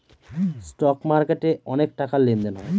stock মার্কেটে অনেক টাকার লেনদেন হয়